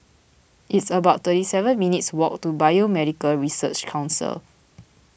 it's about thirty seven minutes' walk to Biomedical Research Council